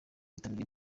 bitabiriye